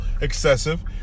excessive